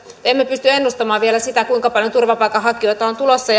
emme pysty ennustamaan vielä sitä kuinka paljon turvapaikanhakijoita on tulossa